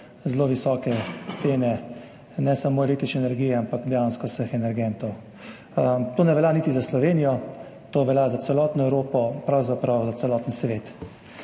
zelo visoke cene ne samo električne energije, ampak dejansko vseh energentov. To ne velja samo za Slovenijo, to velja za celotno Evropo, pravzaprav za celoten svet.